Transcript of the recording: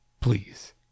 please